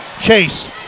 Chase